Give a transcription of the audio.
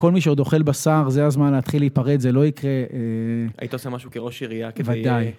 כל מי שעוד אוכל בשר זה הזמן להתחיל להיפרד, זה לא יקרה... היית עושה משהו כראש עירייה כדי... בוודאי